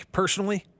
personally